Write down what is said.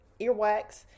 earwax